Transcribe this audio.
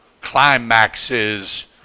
climaxes